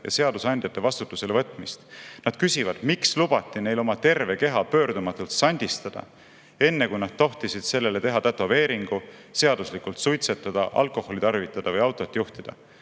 ja seadusandjate vastutusele võtmist. Nad küsivad, miks lubati neil oma terve keha pöördumatult sandistada, enne kui nad tohtisid sellele teha tätoveeringu, seaduslikult suitsetada, alkoholi tarvitada või autot juhtida.